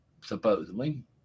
supposedly